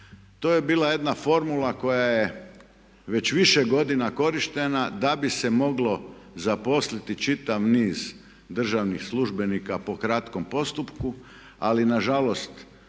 To je bila jedna formula koja je već više korištena da bi se moglo zaposliti čitav niz državnih službenika po kratkom postupku ali nažalost